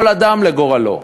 כל אדם לגורלו.